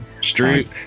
street